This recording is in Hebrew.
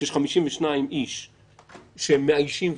שיש 52 איש שמאיישים,